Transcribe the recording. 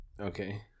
Okay